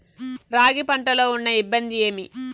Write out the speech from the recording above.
రాగి పంటలో ఉన్న ఇబ్బంది ఏమి?